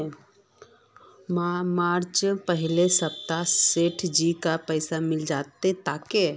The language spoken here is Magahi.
मार्चेर पहला सप्ताहत सेठजीक पैसा मिले जा तेक